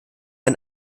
ein